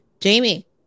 Jamie